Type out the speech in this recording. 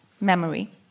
memory